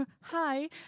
Hi